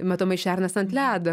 matomai šernas ant ledo